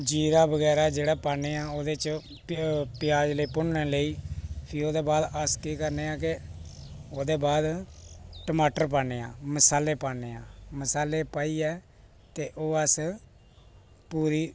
जीरा बगैरा जेह्ड़ा पाने आं ओह्दे च प्याज लेई भुन्नने लेई फ्ही ओहदे बाद अस केह् करने आं कि ओह्दे बाद टमाटर पाने आं मसाले पाने आं मसाले पाइयै ते ओह् अस पूरी